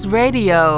radio